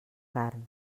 carn